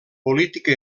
política